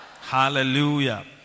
Hallelujah